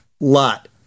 lot